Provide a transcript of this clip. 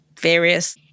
Various